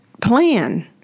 plan